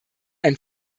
ein